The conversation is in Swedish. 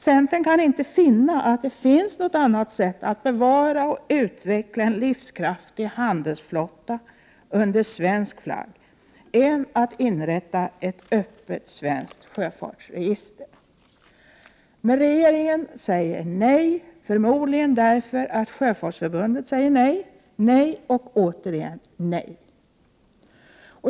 Centern kan inte se att det finns något annat sätt att bevara och utveckla en livskraftig handelsflotta under svensk flagg än att inrätta ett öppet svenskt sjöfartsregister. Men regeringen säger nej, förmodligen därför att Sjöfolksförbundet säger nej, nej och åter nej.